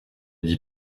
dis